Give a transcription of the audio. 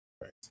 right